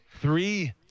three